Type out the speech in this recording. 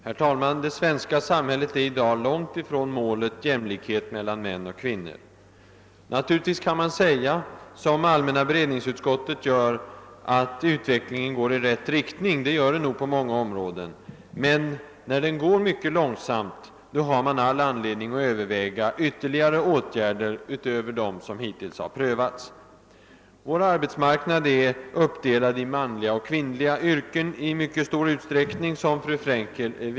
Herr talman! Det svenska samhället är i dag långt ifrån målet jämlikhet mellan män och kvinnor. Naturligtvis kan man, som allmänna beredningsutskottet, säga att utvecklingen går i rätt riktning; det gör den nog på många områden. Men när den går mycket långsamt har man all anledning att överväga ytterligare åtgärder utöver dem som hittills har prövats. Vår arbetsmarknad är i mycket stor utsträckning uppdelad i manliga och kvinnliga yrken, som fru Freenkel visade.